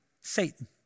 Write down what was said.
Satan